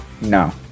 No